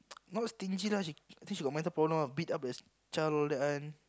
not stingy lah she I think she got mental problem one beat up the child all that one